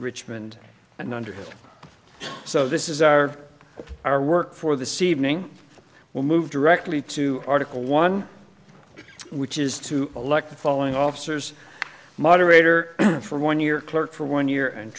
richmond and underhill so this is our our work for the c evening will move directly to article one which is to elect the following officers moderator for one year clerk for one year and